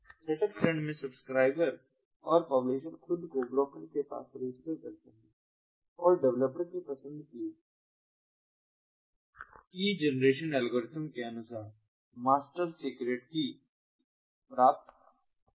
setup चरण में subscriber और पब्लिशर्स खुद को ब्रोकर के पास रजिस्टर करते हैं और डेवलपर की पसंद की की जनरेशन एल्गोरिथ्म के अनुसार मास्टर सीक्रेट की प्राप्त करते हैं